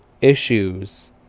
issues